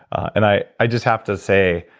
and i i just have to say,